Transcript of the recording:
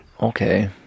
Okay